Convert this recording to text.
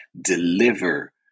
deliver